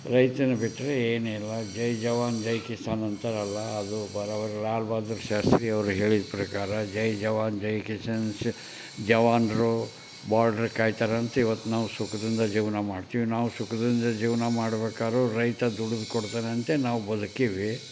ರೈತನ ಬಿಟ್ಟರೆ ಏನಿಲ್ಲ ಜೈ ಜವಾನ್ ಜೈ ಕಿಸಾನ್ ಅಂತಾರಲ್ಲ ಅದು ಲಾಲ್ ಬಹದ್ದೂರ್ ಶಾಸ್ತ್ರಿ ಅವರು ಹೇಳಿದ ಪ್ರಕಾರ ಜೈ ಜವಾನ್ ಜೈ ಕಿಸಾನ್ಸ್ ಜವಾನರು ಬಾರ್ಡರ್ ಕಾಯ್ತಾರಂತ ಈವತ್ತು ನಾವು ಸುಖದಿಂದ ಜೀವನ ಮಾಡ್ತೀವಿ ನಾವು ಸುಖದಿಂದ ಜೀವನ ಮಾಡಬೇಕಾದ್ರು ರೈತ ದುಡಿದು ಕೊಡ್ತಾನೆ ಅಂತೇ ನಾವು ಬದುಕೀವಿ